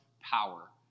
power